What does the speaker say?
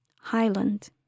Highland